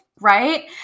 right